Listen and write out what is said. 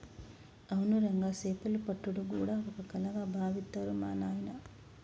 అవును రంగా సేపలు పట్టుడు గూడా ఓ కళగా బావిత్తరు మా నాయిన